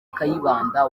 kayibanda